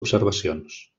observacions